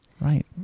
Right